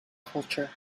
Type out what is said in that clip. culture